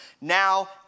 Now